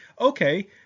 Okay